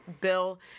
Bill